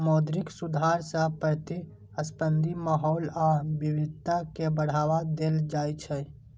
मौद्रिक सुधार सं प्रतिस्पर्धी माहौल आ विविधता कें बढ़ावा देल जाइ छै